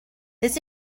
this